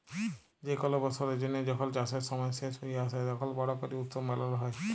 যে কল বসরের জ্যানহে যখল চাষের সময় শেষ হঁয়ে আসে, তখল বড় ক্যরে উৎসব মালাল হ্যয়